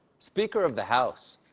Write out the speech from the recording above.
speaker of the house,